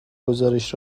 گزارش